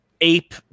ape